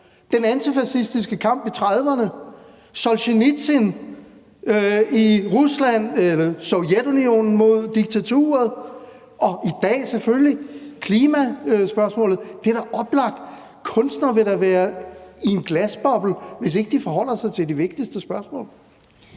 den antifascistiske kamp i 1930'erne, Solsjenitsyn mod diktaturet i Sovjetunionen og i dag selvfølgelig klimaspørgsmålet. Det er da oplagt. Kunstnere ville da være i en glasboble, hvis ikke de forholder sig til de vigtigste spørgsmål.